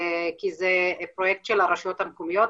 זה פרויקט של הרשויות המקומיות.